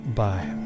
bye